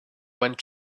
went